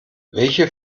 welche